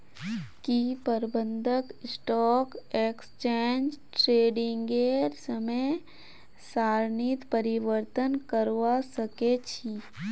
की प्रबंधक stock exchange ट्रेडिंगेर समय सारणीत परिवर्तन करवा सके छी